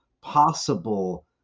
possible